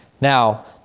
Now